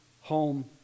home